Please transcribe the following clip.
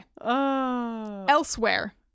Elsewhere